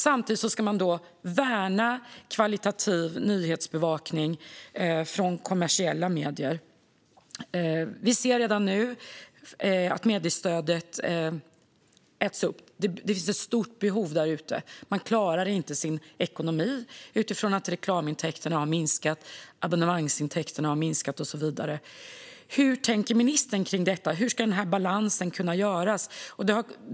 Samtidigt ska man värna högkvalitativ nyhetsbevakning från kommersiella medier. Vi ser redan nu att mediestödet äts upp. Det finns ett stort behöv där ute. Man klarar inte sin ekonomi utifrån att reklamintäkterna har minskat, abonnemangsintäkterna har minskat och så vidare. Hur tänker ministern kring detta? Hur ska balansen kunna göras?